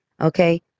Okay